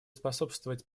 способствовать